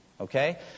Okay